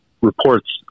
reports